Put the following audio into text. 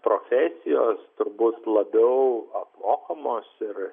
profesijos turbūt labiau apmokamos ir